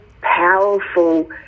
powerful